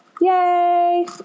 Yay